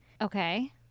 Okay